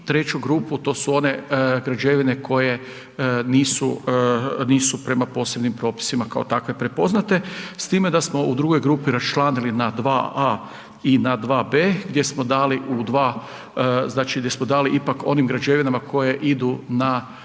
treću grupu, to su one građevine koje nisu prema posebnim propisima kao takve prepoznate s time da smo u drugoj grupi rasčlanili na 2a i na 2b, gdje smo dali u dva, znači, gdje smo dali